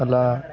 అలా